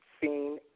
seen